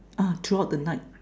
ah throughout the night